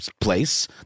place